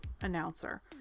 announcer